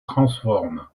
transforme